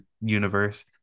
universe